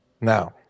Now